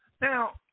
Now